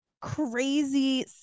crazy